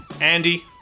andy